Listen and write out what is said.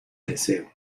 deseo